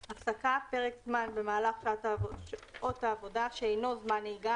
"הפסקה" פרק זמן במהלך שעות העבודה שאינו זמן נהיגה